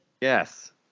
Yes